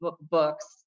books